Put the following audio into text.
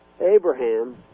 Abraham